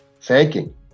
thanking